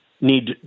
need